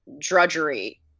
drudgery